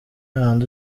hahandi